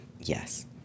yes